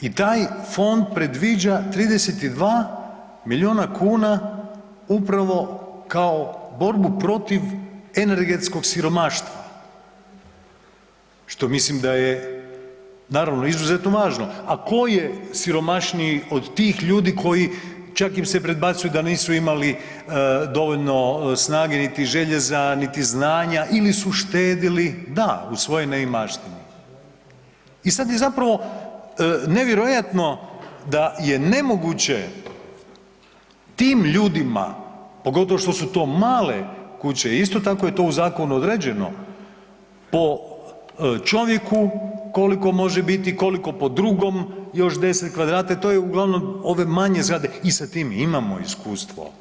I taj Fond predviđa 32 milijuna kuna upravo kao borbu protiv energetskog siromaštva, što mislim da je naravno izuzetno važno, a tko je siromašniji od tih ljudi koji, čak im se predbacuje da nisu imali dovoljno snage niti želje za, niti znanja, ili su štedili, da u svojoj neimaštini, i sad je zapravo nevjerojatno da je nemoguće tim ljudima, pogotovo što su to male kuće, isto tako je to u Zakonu određeno po čovjeku koliko može biti, koliko po drugom još deset kvadrata, i to je uglavnom ove manje zgrade i sa tim imamo iskustvo.